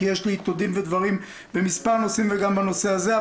כי יש לי איתו דין ודברים במספר נושאים וגם בנושא הזה.